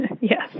Yes